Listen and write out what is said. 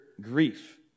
grief